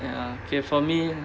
ya K for me